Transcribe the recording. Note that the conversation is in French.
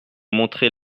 montrer